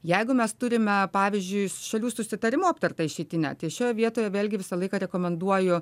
jeigu mes turime pavyzdžiui šalių susitarimu aptarta išeitinę tai šioje vietoje vėlgi visą laiką rekomenduoju